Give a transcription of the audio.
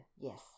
yes